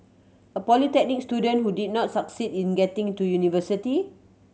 a polytechnic student who did not succeed in getting to university